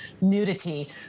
nudity